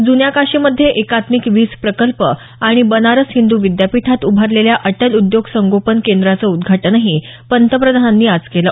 जुन्या काशी मध्ये एकात्मिक वीज प्रकल्प आणि बनारस हिंदू विद्यापीठात उभारलेल्या अटल उद्योग संगोपन केंद्रांचं उद्घाटन पंतप्रधानांनी आज केलं